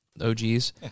OGs